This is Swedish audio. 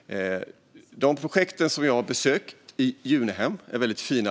De projekt som jag har besökt i Junehem är väldigt fina.